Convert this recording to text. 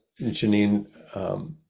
Janine